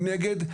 מנגד,